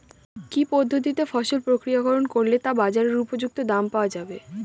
কি পদ্ধতিতে ফসল প্রক্রিয়াকরণ করলে তা বাজার উপযুক্ত দাম পাওয়া যাবে?